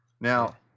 Now